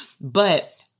But-